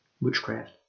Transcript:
witchcraft